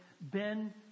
Ben